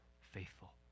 faithful